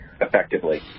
effectively